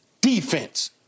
defense